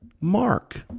Mark